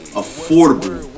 affordable